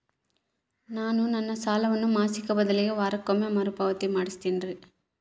ನಾನು ನನ್ನ ಸಾಲವನ್ನು ಮಾಸಿಕ ಬದಲಿಗೆ ವಾರಕ್ಕೊಮ್ಮೆ ಮರುಪಾವತಿ ಮಾಡ್ತಿನ್ರಿ